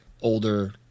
older